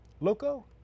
loco